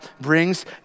brings